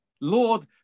Lord